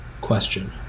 Question